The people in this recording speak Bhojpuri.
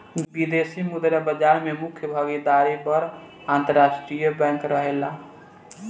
विदेशी मुद्रा बाजार में मुख्य भागीदार बड़ अंतरराष्ट्रीय बैंक रहेला